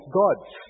gods